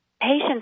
patient's